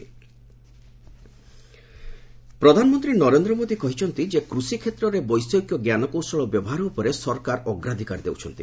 PM Krishikumbh ପ୍ରଧାନମନ୍ତ୍ରୀ ନରେନ୍ଦ୍ର ମୋଦି କହିଛନ୍ତି ଯେ କୃଷିକ୍ଷେତ୍ରରେ ବୈଷୟିକ ଞ୍ଜାନକୌଶଳ ବ୍ୟବହାର ଉପରେ ସରକାର ଅଗ୍ରାଧିକାର ଦେଉଛନ୍ତି